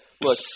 Look